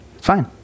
Fine